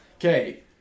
Okay